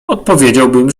odpowiedziałbym